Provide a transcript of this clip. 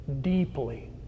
deeply